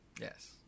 yes